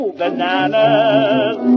bananas